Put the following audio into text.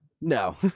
No